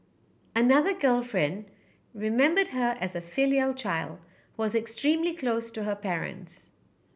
another girlfriend remembered her as a filial child who was extremely close to her parents